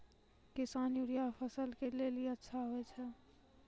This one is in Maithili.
किसान यूरिया फसल के लेली अच्छा होय छै?